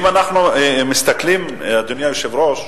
אם אנחנו מסתכלים, אדוני היושב-ראש,